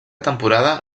temporada